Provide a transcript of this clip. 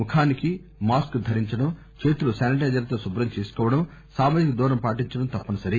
ముఖానికి మాస్కు ధరించడం చేతులు శానిటైజర్ తో శుభ్రం చేసుకోవడం సామాజిక దూరం పాటించడం తప్పని సరి